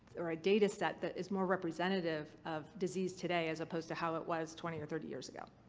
or a data set that is more representative of disease today as opposed to how it was twenty or thirty years ago.